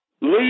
leave